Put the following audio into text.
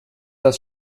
das